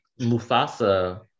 Mufasa